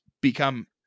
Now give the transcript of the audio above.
become